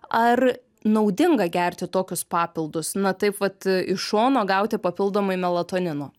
ar naudinga gerti tokius papildus na taip vat iš šono gauti papildomai melatonino